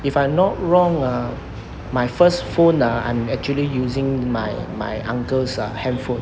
if I'm not wrong ah my first phone ah I'm actually using my my uncle's uh handphone